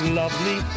lovely